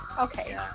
okay